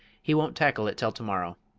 he won't tackle it till to-morrow.